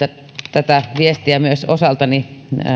tätä viestiä myös osaltani